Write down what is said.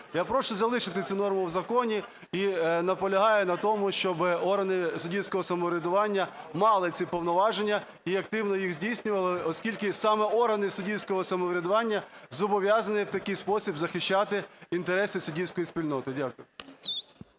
Я прошу залишити цю норму в законі і наполягаю на тому, щоб органи суддівського самоврядування мали ці повноваження і активно їх здійснювали, оскільки саме органи суддівського самоврядування зобов'язані в такий спосіб захищати інтереси суддівської спільноти. Дякую.